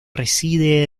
reside